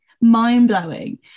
mind-blowing